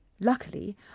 Luckily